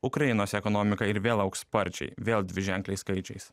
ukrainos ekonomika ir vėl augs sparčiai vėl dviženkliais skaičiais